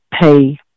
pay